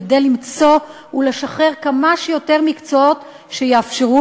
כדי למצוא ולשחרר כמה שיותר מקצועות שיאפשרו